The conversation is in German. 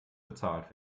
bezahlt